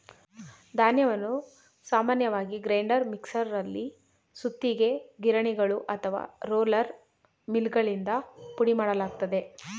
ಧಾನ್ಯವನ್ನು ಸಾಮಾನ್ಯವಾಗಿ ಗ್ರೈಂಡರ್ ಮಿಕ್ಸರಲ್ಲಿ ಸುತ್ತಿಗೆ ಗಿರಣಿಗಳು ಅಥವಾ ರೋಲರ್ ಮಿಲ್ಗಳಿಂದ ಪುಡಿಮಾಡಲಾಗ್ತದೆ